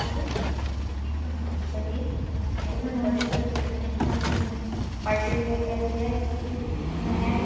ا party wear کیسے ہیں اھ پارٹی ویئر کیسے ہے کس کسس میں ہے